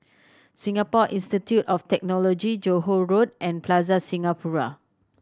Singapore Institute of Technology Johore Road and Plaza Singapura